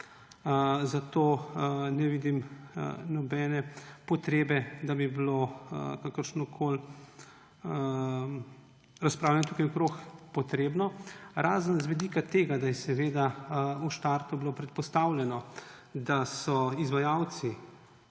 zato ne vidim nobene potrebe, da bi bilo kakršnokoli razpravljanje v zvezi s tem potrebno. Razen z vidika tega, da je v startu bilo predpostavljeno, da so izvajalci